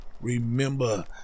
remember